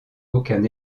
aucun